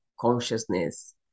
consciousness